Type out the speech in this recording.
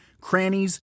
crannies